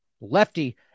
lefty